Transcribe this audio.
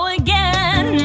again